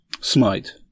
Smite